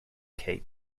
cape